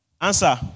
Answer